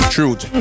truth